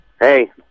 Hey